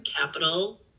capital